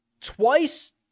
twice